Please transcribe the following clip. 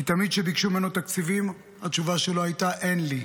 כי תמיד כשביקשו ממנו תקציבים התשובה שלו הייתה "אין לי".